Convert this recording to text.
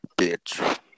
bitch